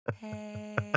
hey